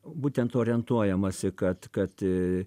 būtent orientuojamasi kad kad